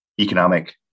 economic